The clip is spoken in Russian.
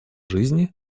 жизни